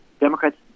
Democrats